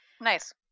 Nice